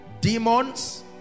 demons